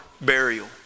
burial